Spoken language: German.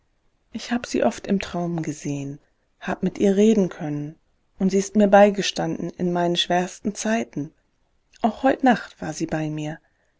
ich habe sie oft im traum gesehen habe mit ihr reden können und sie ist mir beigestanden in meinen schwersten zeiten auch heut nacht war sie bei mir